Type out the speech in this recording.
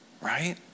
right